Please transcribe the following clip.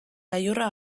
gailurra